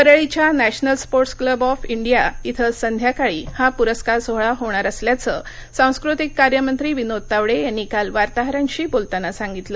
वरळीच्या national sports club of India इथं संध्याकाळी हा पुरस्कार सोहळा होणार असल्याच सांस्कृतिक कार्यमंत्री विनोद तावडे यांनी काल वार्ताहरांशी बोलताना सांगितलं